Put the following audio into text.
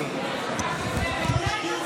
כל קול